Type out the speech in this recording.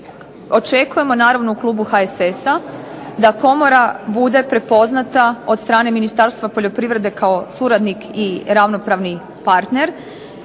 Očekujemo naravno u klubu HSS-a da komora bude prepoznata od strane Ministarstva poljoprivrede kao suradnik i ravnopravni partner